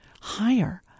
higher